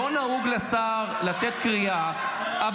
לא נהוג לתת קריאה לשר,